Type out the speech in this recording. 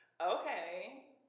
okay